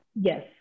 Yes